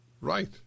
Right